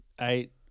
eight